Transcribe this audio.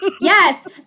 Yes